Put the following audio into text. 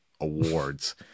awards